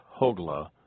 Hogla